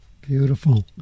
Beautiful